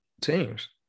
teams